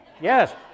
Yes